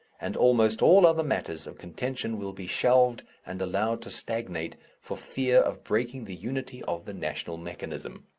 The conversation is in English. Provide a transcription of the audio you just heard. and almost all other matters of contention will be shelved and allowed to stagnate, for fear of breaking the unity of the national mechanism.